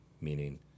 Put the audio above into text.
meaning